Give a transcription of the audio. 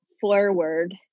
forward